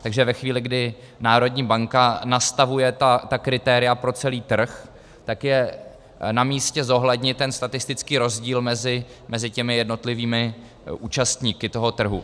Takže ve chvíli, kdy národní banka nastavuje ta kritéria pro celý trh, tak je namístě zohlednit ten statistický rozdíl mezi jednotlivými účastníky toho trhu.